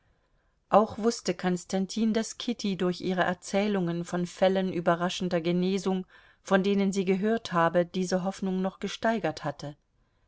auch wußte konstantin daß kitty durch ihre erzählungen von fällen überraschender genesung von denen sie gehört habe diese hoffnung noch gesteigert hatte